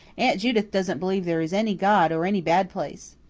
aunt judith doesn't believe there is any god or any bad place.